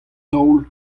taol